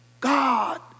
God